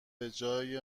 بجای